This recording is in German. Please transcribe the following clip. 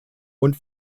und